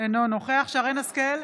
אינו נוכח שרן מרים השכל,